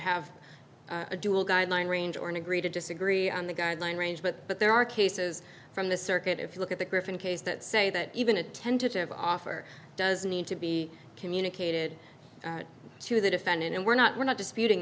have a dual guideline range or an agree to disagree on the guideline range but there are cases from the circuit if you look at the griffin case that say that even a tentative offer does need to be communicated to the defendant and we're not we're not disputing